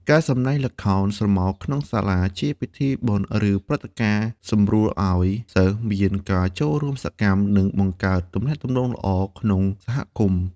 ការសម្តែងល្ខោនស្រមោលក្នុងសាលា ជាពិធីបុណ្យ ឬព្រឹត្តិការណ៍ សំរួលឲ្យសិស្សមានការចូលរួមសកម្ម និងបង្កើតទំនាក់ទំនងល្អក្នុង សហគមន៍។